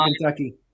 Kentucky